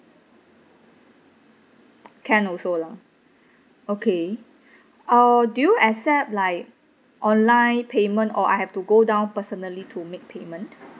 can also lah okay oh do you accept like online payment or I have to go down personally to make payment